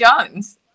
Jones